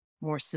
more